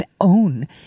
own